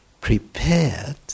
prepared